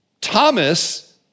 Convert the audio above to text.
Thomas